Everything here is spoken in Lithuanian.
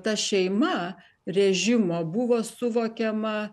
ta šeima režimo buvo suvokiama